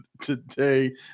today